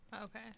okay